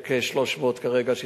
300 כרגע,